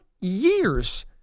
years